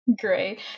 Great